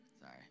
Sorry